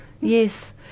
Yes